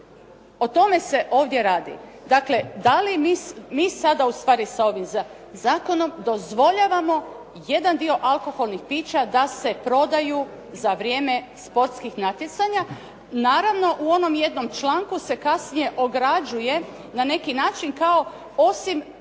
O tome se ovdje radi. Dakle, da li mi sada ustvari sa ovim zakonom dozvoljavamo jedan dio alkoholnih pića da se prodaju za vrijeme sportskih natjecanja. Naravno, u onom jednom članku se kasnije ograđuje na neki način kao osim